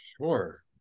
sure